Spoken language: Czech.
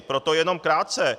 Proto jenom krátce.